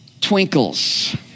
twinkles